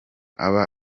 aba